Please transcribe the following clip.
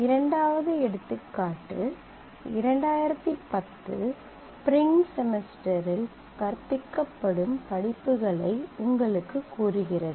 இரண்டாவது எடுத்துக்காட்டு 2010 ஸ்ப்ரிங் செமஸ்டரில் கற்பிக்கப்படும் படிப்புகளை உங்களுக்குக் கூறுகிறது